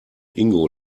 ingo